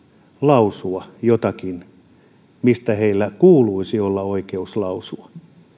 lausua jotakin mistä heillä kuuluisi olla oikeus lausua